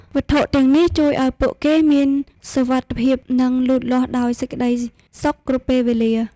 វត្ថុទាំងនេះជួយអោយពួកគេមានសុវត្ថិភាព និងលូតលាស់ដោយសេចក្តីសុខគ្រប់ពេលវេលា។